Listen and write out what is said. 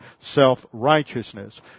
self-righteousness